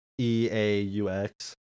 e-a-u-x